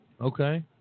Okay